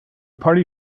party